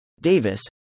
Davis